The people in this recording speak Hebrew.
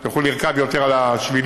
אנחנו נרכב יותר על השבילים,